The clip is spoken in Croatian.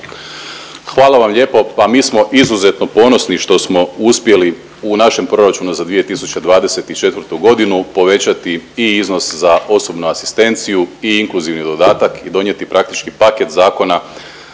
Hvala vam lijepo, pa mi smo izuzetno ponosni što smo uspjeli u našem proračunu za 2024. godinu povećati i iznos za osobnu asistenciju i inkluzivni dodatak i donijeti praktički paket zakona